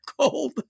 cold